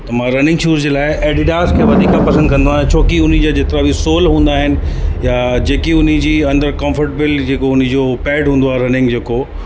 त मां running shoes जे लाइ एडिडास खे वधीक पसंदि कंदो आहियां छो कि हुन जा जेतिरा बि सोल हूंदा आहिनि या जेकी हुनजी अंदरि कंफ़र्टबिल जेको हुनजो पैड हूंदो आहे रनिंग जेको